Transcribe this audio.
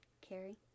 carrie